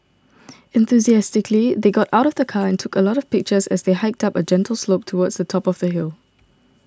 enthusiastically they got out of the car and took a lot of pictures as they hiked up a gentle slope towards the top of the hill